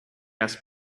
asked